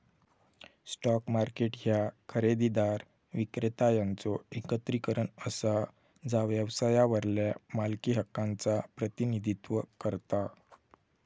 stock market ह्या खरेदीदार, विक्रेता यांचो एकत्रीकरण असा जा व्यवसायावरल्या मालकी हक्कांचा प्रतिनिधित्व करता